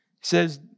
says